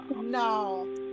no